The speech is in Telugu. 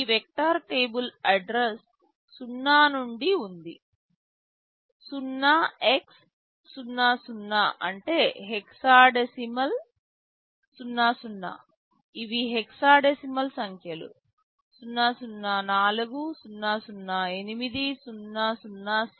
ఈ వెక్టర్ టేబుల్ అడ్రస్ 0 నుండి ఉంది 0x00 అంటే హెక్సాడెసిమల్ 00 ఇవి హెక్సాడెసిమల్ సంఖ్యలు 004 008 00C